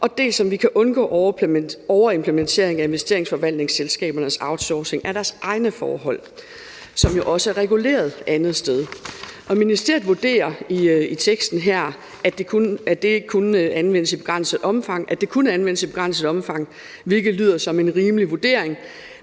dels om vi kan undgå overimplementering af investeringsforvaltningsselskabernes outsourcing af deres egne forhold, som jo også er reguleret andet sted. Ministeriet vurderer i teksten her, at det kun anvendes i begrænset omfang, hvilket lyder som en rimelig vurdering,